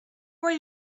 where